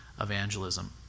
evangelism